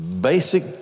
basic